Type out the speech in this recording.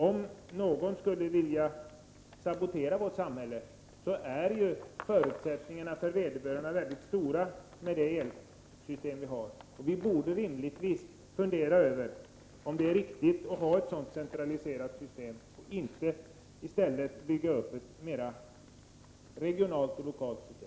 Om någon skulle vilja sabotera vårt samhälle är ju förutsättningarna för att lyckas med det mycket stora med det elsystem vi har. Vi borde rimligtvis fundera över om det är riktigt att ha ett system som är så centraliserat i stället för att bygga upp ett mer regionalt och lokalt system.